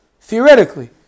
theoretically